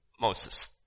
Moses